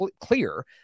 clear